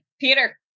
Peter